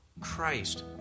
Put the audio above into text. Christ